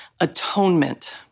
atonement